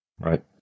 Right